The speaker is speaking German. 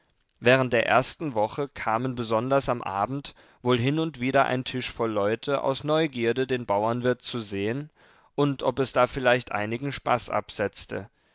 während der ersten woche kamen besonders am abend wohl hin und wieder ein tisch voll leute aus neugierde den bauernwirt zu sehen und ob es da vielleicht einigen spaß absetzte